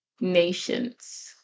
nations